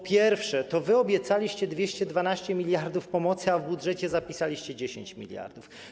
Po pierwsze, to wy obiecaliście 212 mld pomocy, a w budżecie zapisaliście 10 mld.